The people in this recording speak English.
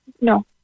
No